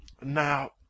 now